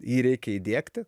jį reikia įdiegti